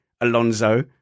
Alonso